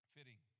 Fitting